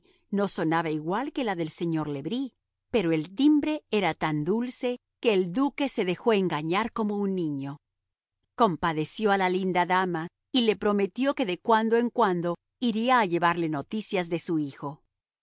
no sonaba igual que la del señor le bris pero el timbre era tan dulce que el duque se dejó engañar como un niño compadeció a la linda dama y le prometió que de cuando en cuando iría a llevarle noticias de su hijo